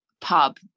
pub